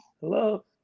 Hello